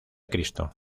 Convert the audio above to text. cristo